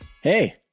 Hey